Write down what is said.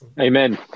Amen